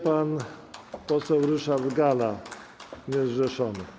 Pan poseł Ryszard Galla, niezrzeszony.